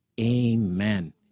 Amen